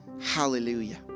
Hallelujah